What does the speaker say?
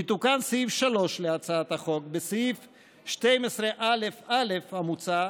יתוקן סעיף 3 להצעת החוק: בסעיף 12א(א) המוצע,